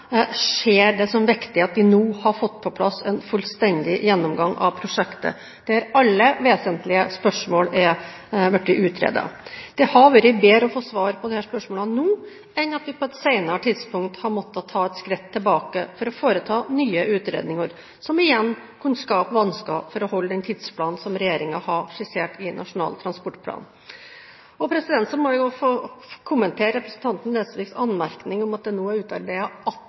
fått på plass en fullstendig gjennomgang av prosjektet, der alle vesentlige spørsmål har blitt utredet. Det har vært bedre å få svar på disse spørsmålene nå, enn at vi på et senere tidspunkt hadde måttet ta et skritt tilbake for å foreta nye utredninger, som igjen kunne skapt vansker med å holde den tidsplan som regjeringen har skissert i Nasjonal transportplan. Så må jeg få kommentere representanten Nesviks anmerkning om at det nå er